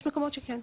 יש מקומות שכן.